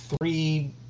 three